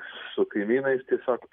su kaimynais tiesiog